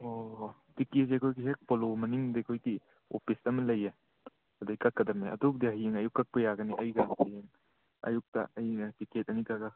ꯑꯣ ꯇꯤꯛꯀꯦꯠꯁꯦ ꯑꯩꯈꯣꯏꯒꯤ ꯍꯦꯛ ꯄꯣꯂꯣ ꯃꯅꯤꯡꯗ ꯑꯩꯈꯣꯏꯗꯤ ꯑꯣꯐꯤꯁ ꯑꯃ ꯂꯩꯌꯦ ꯑꯗꯩ ꯀꯛꯀꯗꯕꯅꯦ ꯑꯗꯨꯕꯨꯗꯤ ꯍꯌꯦꯡ ꯑꯌꯨꯛ ꯀꯛꯄ ꯌꯥꯒꯅꯤ ꯑꯩꯒ ꯑꯗꯨꯝ ꯑꯌꯨꯛꯇ ꯑꯩꯅ ꯇꯤꯛꯀꯦꯠ ꯑꯅꯤ ꯀꯛꯂꯛꯒ